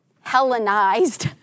Hellenized